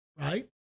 right